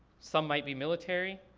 some might be military,